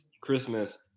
Christmas